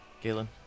Galen